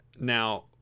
now